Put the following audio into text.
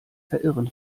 verirren